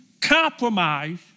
compromise